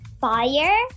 fire